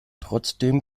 trotzdem